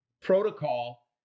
protocol